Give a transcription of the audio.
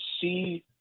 see